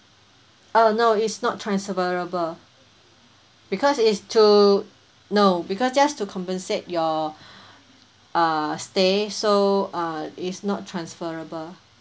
uh no it's not transferable because it's to no because just to compensate your uh stay so uh it's not transferable